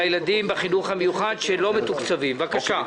הילדים בחינוך המיוחד שלא מתוקצבים, בבקשה.